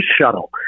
shuttle